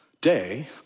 day